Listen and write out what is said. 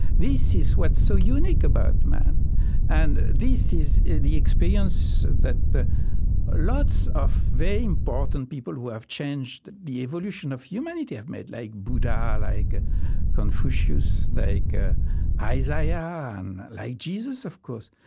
this is what's so unique about man and this is the experience that lots of very important people who have changed the evolution of humanity have made like buddha, like confucius, like ah isaiah, yeah and like jesus, of course.